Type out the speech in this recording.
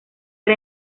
era